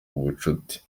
ubucuti